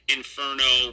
Inferno